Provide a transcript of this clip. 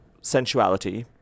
sensuality